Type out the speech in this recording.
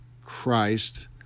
Christ